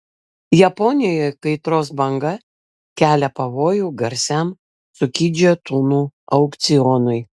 japonijoje kaitros banga kelia pavojų garsiam cukidžio tunų aukcionui